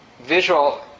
visual